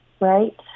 right